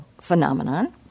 phenomenon